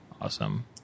awesome